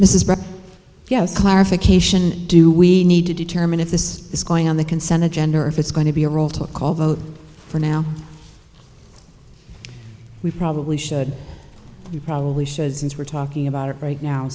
this is yes clarification do we need to determine if this is going on the consent of gender or if it's going to be a roll to call vote for now we probably should you probably should since we're talking about it right now